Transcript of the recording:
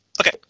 Okay